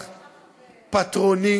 פטרוני,